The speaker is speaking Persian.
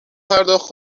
پرداخت